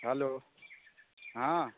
hello हँ